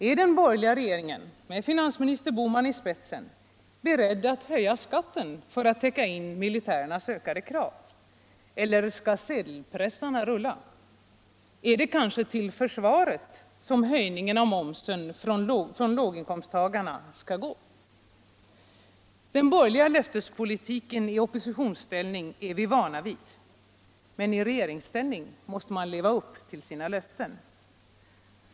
Är den borgerliga regeringen med finansminister Bohman i spetsen beredd att höja skatten för att täcka in militärernas ökade krav, eller skall sedelpressarna rulla? Är det kanske till försvaret den höjda momsen från låginkomsttagarna skall gå? | o Den borgerliga löftespolitiken i oppositionsställning är vi vana vid. Men i regeringsställning måste man leva upp till sina löften.